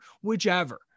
whichever